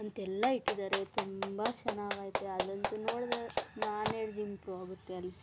ಅಂತೆಲ್ಲ ಇಟ್ಟಿದಾರೆ ತುಂಬ ಚನಾಗಿದೆ ಅದಂತು ನೋಡಿದರೆ ನಾಲೆಡ್ಜ್ ಇಂಪ್ರೂ ಆಗುತ್ತೆ ಅಲ್ಲಿ